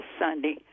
Sunday